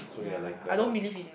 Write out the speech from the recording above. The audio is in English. ya I don't believe in uh